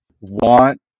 want